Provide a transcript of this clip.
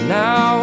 now